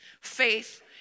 Faith